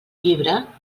llibre